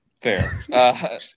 Fair